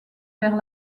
vers